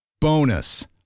Bonus